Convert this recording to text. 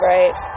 Right